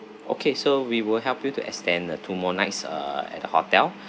okay so we will help you to extend a two more nights uh at the hotel